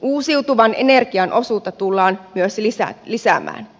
uusiutuvan energian osuutta tullaan myös lisäämään